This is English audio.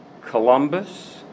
Columbus